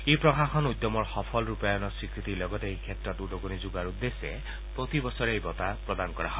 ই প্ৰশাসন উদ্যমৰ সফল ৰূপায়ণৰ স্বীকৃতিৰ লগতে এইক্ষেত্ৰত উদগণি যোগোৱাৰ উদ্দেশ্যে প্ৰতিবছৰে এই বঁটা প্ৰদান কৰা হয়